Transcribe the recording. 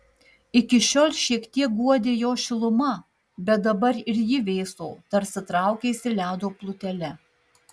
iki šiol šiek tiek guodė jo šiluma bet dabar ir ji vėso tarsi traukėsi ledo plutele